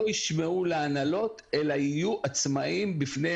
לא ישמעו להנהלות אלא יהיו עצמאים בפני